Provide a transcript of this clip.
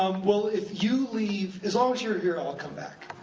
um well, if you leave as long as you're here i'll come back.